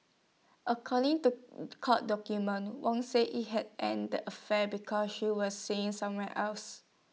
according to court documents Wong said he had ended the affair because she was seeing somewhere else